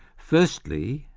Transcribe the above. firstly,